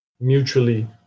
mutually